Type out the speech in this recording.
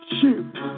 Shoot